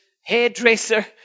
hairdresser